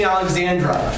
Alexandra